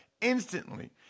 instantly